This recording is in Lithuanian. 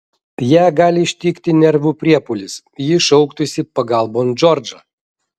ją gali ištikti nervų priepuolis ji šauktųsi pagalbon džordžą